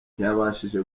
ntiyabashije